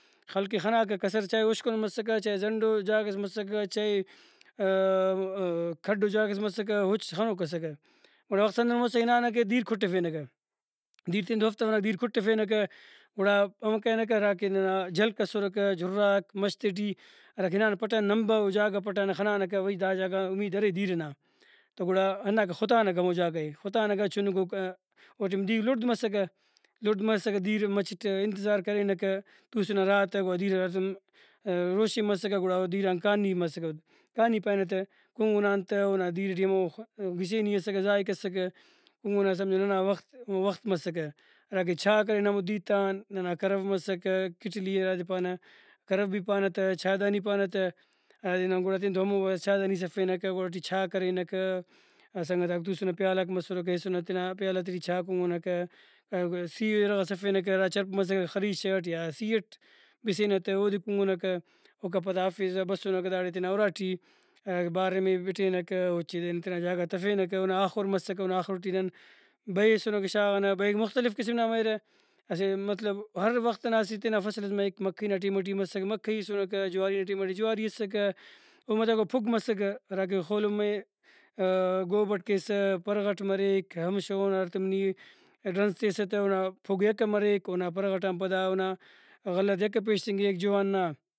خلقے خناکہ کسر چائے اُشکنومسکہ چائے زنڈوجاگہس مسکہ چائے کھڈو جاگہس مسکہ اُچ خنوک اسکہ گڑا وختس ہندن مسکہ ہنانَکہ دیر کُٹفینَکہ دیر تینتو ہرفتونہ دیر کٹفینکہ گڑا امر کرینکہ ہرا کہ ننا جھلک اسرکہ جھراک مَش تے ٹی ہراکا ہنانہ پٹانہ نمبہ او جاگہ پٹانہ خنانکہ بھئی دا جاگہ آ امیدارے دیر ئنا تو گڑا ہنداکہ خُتانکہ ہمو جاگہ ئے خُتانکہ چُنکو او ٹائم دیر لُڑد مسکہ لُڑد مسکہ دیر مچٹ انتظار کرینکہ توسنہ رہا تہ گڑا دیر ہراتم روشن مسکہ گڑا او دیر آن کانی مسکہ کانی پارینہ تہ کُنگنہ آن تہ اونا دیر ٹی ہمو گچینی اسکہ ذائقہ اسکہ کُنگنہ سمجھہ ننا وخت وخت مسکہ ہراکہ چاء کرینہ ہمو دیرتان ننا کرو مسکہ کٹلی ہرادے پانہ کروبھی پانہ تہ چادانی پانہ تہ نن گڑا تینتو اسہ چادانیس ہرفینکہ گڑا اوٹی چاء کرینکہ سنگتاک توسنہ پیالہ آک مسرکہ ہیسنہ تینا پیالہ تے ٹی چاء کُنگنکہ گڑاسیئو اِرغس ہرفینکہ ہرا چرپ مسکہ خریش اٹ یا سی اٹ بسینہ تہ اودے کُنگنکہ اوکا پدا ہرفیسہ بسنکہ داڑے تینا اُراٹی باریمے بٹینکہ اُچے درینہ تینا جاگہ غا تفینکہ اونا آخر مسکہ اونا آخر ٹی نن بئے ہیسُنکہ شاغانہ بئیک مختلف قسم نا مریرہ اسہ مطلب ہر وخت ئنا اسہ تینا فصل ئس مریک مکئی نا ٹائم ٹی مسکہ مکئی ایسرکہ جواری نا ٹائم ٹی جواری اسکہ او متوکہ پُھگ مسکہ ہراکہ خولمے گوبٹ کیسہ پرغٹ مریک ہمیشہ اون ہراتم نی ڈرنزتیسہ اونا پُھگ یکہ مریک اونا پرغٹ آن پدا اونا غلہ تہ یکہ پیشتنگک جوان نا